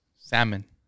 Salmon